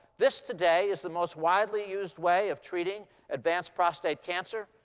this, today, is the most widely used way of treating advanced prostate cancer,